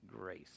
grace